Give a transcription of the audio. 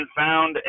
found